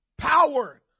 power